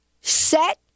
set